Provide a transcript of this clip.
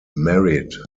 married